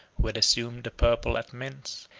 who had assumed the purple at mentz,